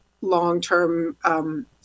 long-term